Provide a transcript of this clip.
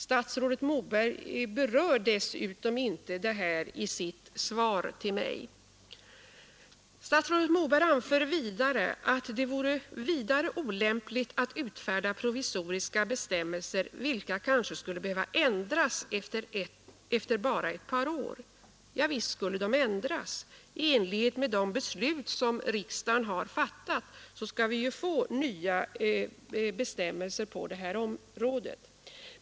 Statsrådet Moberg berör dessutom inte det här i sitt svar till mig.” Statsrådet Moberg anför även: ”Det vore vidare olämpligt att utfärda provisoriska bestämmelser, vilka kanske skulle behöva ändras efter bara ett par år.” Ja, visst skulle de ändras. I enlighet med det beslut som riksdagen har fattat skall vi få nya bestämmelser på detta område.